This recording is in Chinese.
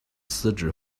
司职